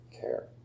care